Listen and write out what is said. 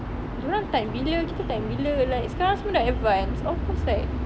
diorang time bila kita time bila like sekarang semua dah advanced of course like